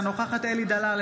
אינה נוכחת אלי דלל,